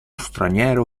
straniero